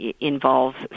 involves